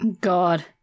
God